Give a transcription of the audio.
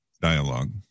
dialogue